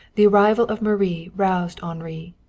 the arrival of marie roused henri.